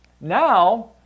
now